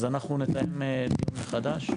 אז אנחנו נתאם דיון מחדש.